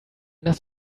does